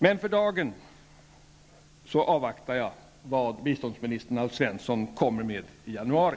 Men för dagen avvaktar jag vad biståndsminister Alf Svensson kommer med i januari.